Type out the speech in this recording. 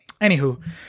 Anywho